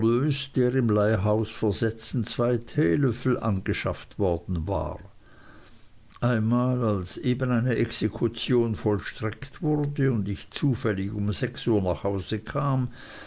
im leihhaus versetzten zwei teelöffel angeschafft worden war einmal als eben eine exekution vollstreckt wurde und ich zufällig um sechs uhr nach hause kam